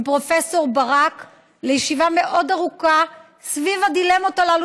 פרופ' ברק לישיבה מאוד ארוכה סביב הדילמות האלה,